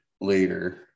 later